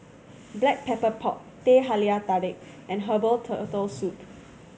Black Pepper Pork Teh Halia Tarik and herbal Turtle Soup